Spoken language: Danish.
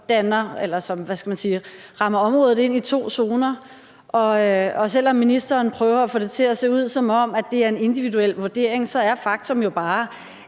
og deler det op i to zoner. Og selv om ministeren prøver at få det til at se ud, som om det er en individuel vurdering, er faktum jo bare,